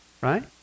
right